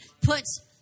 puts